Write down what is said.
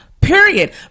period